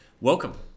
Welcome